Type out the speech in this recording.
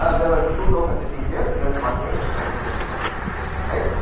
ah they were two tokens setting here, there is one here, so collectively we had three right,